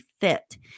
fit